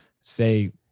say